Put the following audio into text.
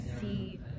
see